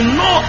no